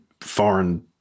foreign